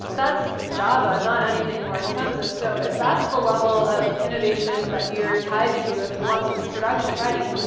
that's java, not anything more expensive. so if that's the level of innovation that you're tied to if you want something production ready,